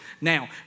Now